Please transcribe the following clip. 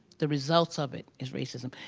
the results of it, is racism.